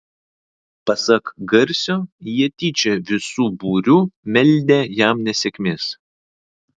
pasak garsio jie tyčia visu būriu meldę jam nesėkmės